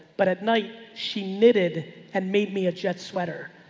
but at night she knitted and made me a jet sweater.